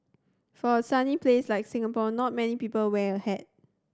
for a sunny place like Singapore not many people wear a hat